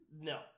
no